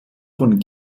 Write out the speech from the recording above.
von